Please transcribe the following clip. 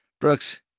brooks